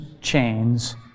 chains